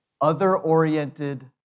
Other-oriented